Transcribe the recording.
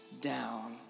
down